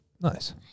Nice